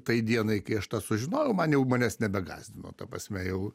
tai dienai kai aš tą sužinojau man jau manęs nebegąsdino ta prasme jau